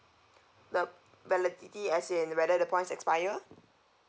the validity as in whether the points expire